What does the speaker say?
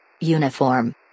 Uniform